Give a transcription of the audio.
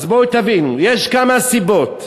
אז בואו תבינו, יש כמה סיבות.